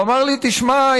והוא אמר לי: תשמע,